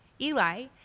Eli